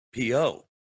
PO